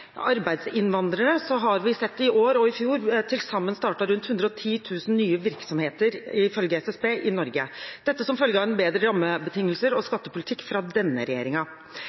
arbeidsinnvandrere, har vi sett at det i år og i fjor til sammen er startet rundt 110 000 nye virksomheter i Norge, ifølge SSB – dette som følge av bedre rammebetingelser og skattepolitikk fra denne